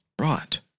Right